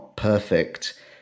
perfect